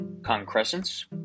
concrescence